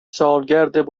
سالگرد